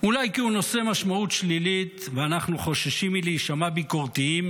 אולי כי הוא נושא משמעות שלילית ואנחנו חוששים מלהישמע ביקורתיים